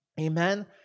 Amen